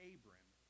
Abram